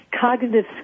cognitive